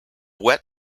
wet